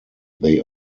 they